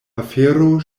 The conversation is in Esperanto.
afero